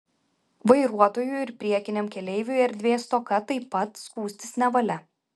vairuotojui ir priekiniam keleiviui erdvės stoka taip pat skųstis nevalia